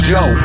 Joe